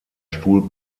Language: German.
stuhl